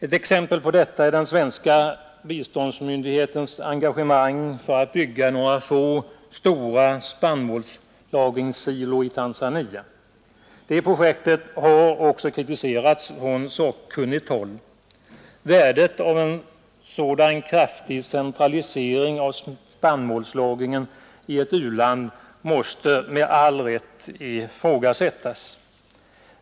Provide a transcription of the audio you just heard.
Ett exempel på detta är den svenska biståndsmyndighetens engagemang för att bygga några få stora spannmålssilos i Tanzania. Det projektet har också kritiserats från sakkunnigt håll. Värdet av en sådan kraftig centralisering av spannmålslagringen i ett u-land måste med all rätt ifrågasättas.